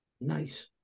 Nice